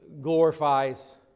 glorifies